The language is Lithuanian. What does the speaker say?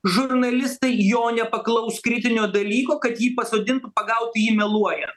žurnalistai jo nepaklaus kritinio dalyko kad jį pasodint pagaut jį meluojan